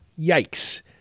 yikes